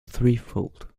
threefold